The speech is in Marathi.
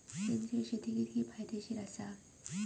सेंद्रिय शेती कितकी फायदेशीर आसा?